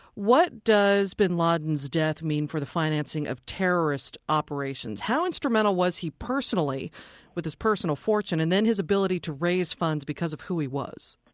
what does the bin laden's death mean for the financing of terrorist operations? how instrumental was he personally with his personal fortune and then his ability to raise funds because of who he was?